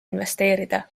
investeerida